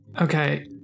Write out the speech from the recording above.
Okay